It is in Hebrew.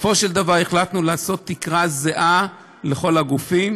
ובסופו של דבר החלטנו לעשות תקרה זהה לכל הגופים,